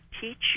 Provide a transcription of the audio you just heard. teach